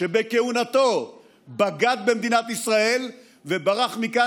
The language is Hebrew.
שבכהונתו בגד במדינת ישראל וברח מכאן